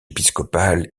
épiscopal